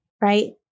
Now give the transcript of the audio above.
Right